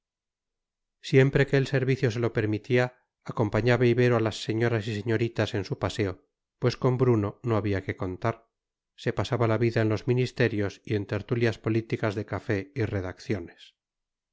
siempre que el servicio se lo permitía acompañaba ibero a las señoras y señoritas en su paseo pues con bruno no había que contar se pasaba la vida en los ministerios y en tertulias políticas de café y redacciones